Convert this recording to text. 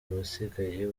abasigaye